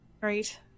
Right